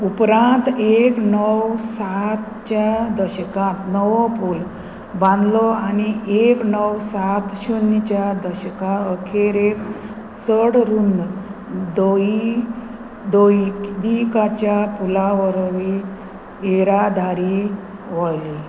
उपरांत एक णव सातच्या दशकांत नवो पूल बांदलो आनी एक णव सात शुन्यच्या दशकां अखेरेक चड रुंद दोयी दोयदिकाच्या पुलावरवी येरादारी वळली